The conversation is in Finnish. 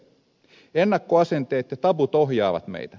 ennakkoasenteet ja tabut ohjaavat meitä